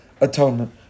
atonement